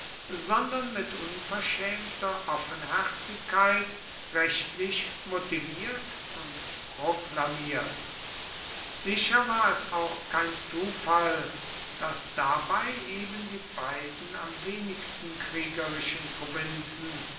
sondern mit unverschämter offenherzigkeit rechtlich motiviert und proklamiert sicher war es auch kein zufall daß dabei eben die beiden am wenigsten kriegerischen provinzen